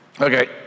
Okay